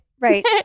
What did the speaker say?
Right